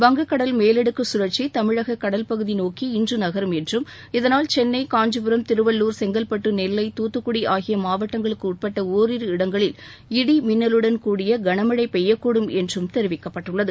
வங்கக் கடல் மேலடுக்கு கழற்சி தமிழக கடல் பகுதி நோக்கி இன்று நகரும் என்றும் இதனால் சென்ளை காஞ்சிபுரம் திருவள்ளுர் செங்கல்பட்டு நெல்லை தூத்துக்குடி ஆகிய மாவட்டங்களுக்கு உட்பட்ட ஓரிரு இடங்களில் இடி மின்னலுடன் கூடிய கனமழை பெய்யக்கூடும் என்றும் தெரிவிக்கப்பட்டுள்ளது